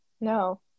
No